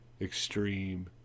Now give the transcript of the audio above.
extreme